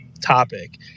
topic